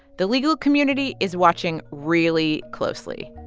the legal community is watching really closely.